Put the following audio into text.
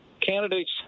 candidates